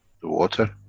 the water